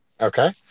Okay